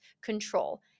control